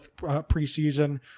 preseason